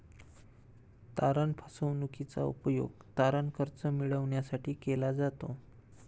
तारण फसवणूकीचा उपयोग तारण कर्ज मिळविण्यासाठी केला जातो